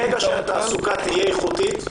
ברגע שהתעסוקה תהיה איכותית,